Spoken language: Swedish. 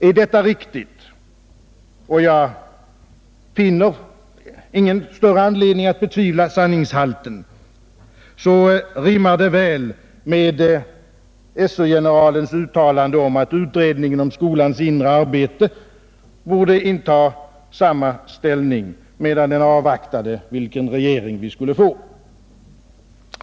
Är detta riktigt — och jag finner ingen större anledning att betvivla sanningshalten i det — rimmar det väl med SÖ-generalens uttalande att utredningen om skolans inre arbete borde inta samma hållning medan den avvaktade vilken regering vi skulle få.